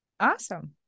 Awesome